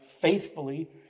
faithfully